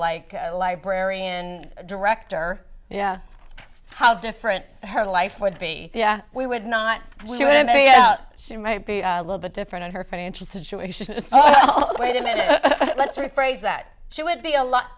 like a librarian director yeah how different her life would be yeah we would not do it i mean she might be a little bit different on her financial situation oh wait a minute let's rephrase that she would be a lot